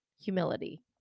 humility